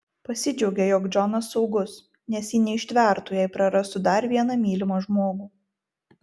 pasidžiaugė jog džonas saugus nes ji neištvertų jei prarastų dar vieną mylimą žmogų